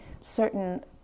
certain